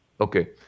okay